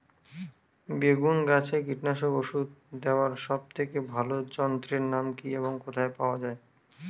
বেগুন গাছে কীটনাশক ওষুধ দেওয়ার সব থেকে ভালো যন্ত্রের নাম কি এবং কোথায় পাওয়া যায়?